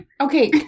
Okay